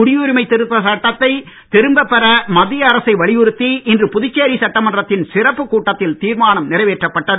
குடியுரிமை திருத்த சட்டத்தை திரும்ப பெற மத்திய அரசை வலியுறுத்தி இன்று புதுச்சேரி சட்டமன்றத்தின் சிறப்பு கூட்டத்தில் தீர்மானம் நிறைவேற்றப்பட்டது